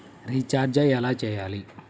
Recharge ఎలా చెయ్యాలి?